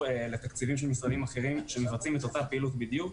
לתקציבים של משרדים אחרים שמבצעים את אותה פעילות בדיוק.